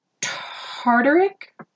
tartaric